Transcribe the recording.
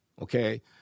Okay